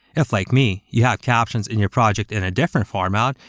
if like me, you have captions in your project in a different format,